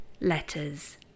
letters